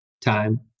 time